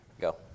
go